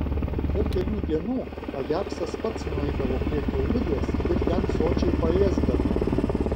po kelių dienų ajaksas pats nueidavo prie kiaulidės ir ten sočiai paėsdavo